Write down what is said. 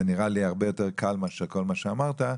זה נראה לי הרבה יותר קל מאשר כל מה שאמרת,